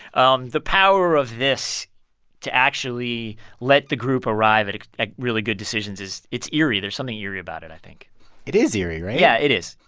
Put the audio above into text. um the power of this to actually let the group arrive at really good decisions is it's eerie. there's something eerie about it, i think it is eerie, right? yeah, it is.